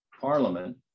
Parliament